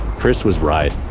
chris was right,